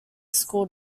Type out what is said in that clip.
school